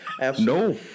No